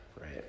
right